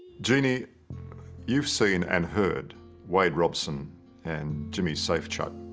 jeanie you've seen and heard wade robson and jimmy's safe chuck.